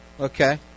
Okay